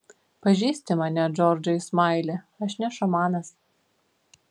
pažįsti mane džordžai smaili aš ne šamanas